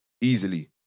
easily